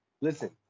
Listen